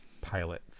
pilot